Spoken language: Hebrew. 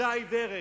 עיזה עיוורת,